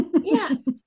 yes